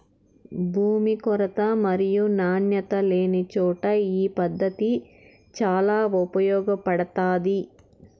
భూమి కొరత మరియు నాణ్యత లేనిచోట ఈ పద్దతి చాలా ఉపయోగపడుతాది